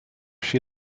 she